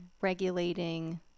regulating